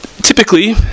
typically